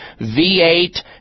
V8